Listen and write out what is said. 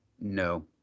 No